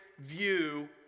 view